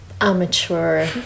amateur